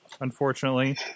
unfortunately